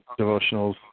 devotionals